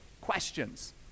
questions